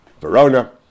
Verona